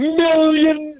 million